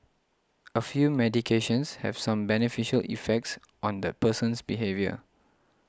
a few medications have some beneficial effects on the person's behaviour